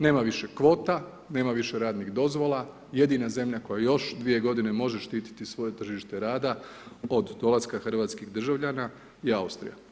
Nema više kvota, nema više radnih dozvola, jedina zemlja koja još dvije godine može štiti svoje tržište rada od dolaska Hrvatskih državljana je Austrija.